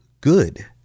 good